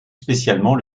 spécialement